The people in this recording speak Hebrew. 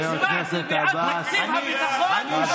אני הצבעתי בעד תקציב הביטחון, ואתם, נגדו.